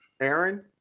Aaron